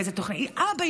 באיזו תוכנית: אבא,